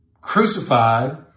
crucified